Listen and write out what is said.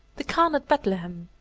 the khan at bethlehem,